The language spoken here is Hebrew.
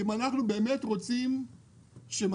אם אנחנו באמת רוצים שמתישהו